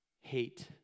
hate